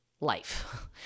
life